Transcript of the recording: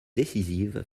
décisive